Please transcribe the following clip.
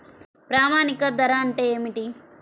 ప్రామాణిక ధరలు అంటే ఏమిటీ?